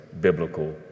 biblical